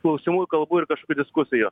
klausimų ir kalbų ir kažkokių diskusijų